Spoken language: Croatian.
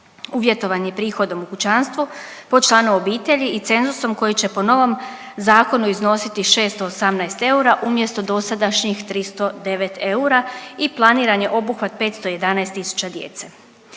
Uvjetovan je prihodom u kućanstvu po članu obitelji i cenzusom koji će po novom zakonu iznositi 618 eura, umjesto dosadašnjih 309 eura i planiran je obuhvat 511 tisuća djece.